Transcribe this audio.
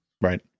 Right